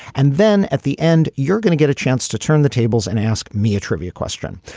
and then at the end you're going to get a chance to turn the tables and ask me a trivia question.